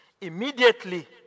Immediately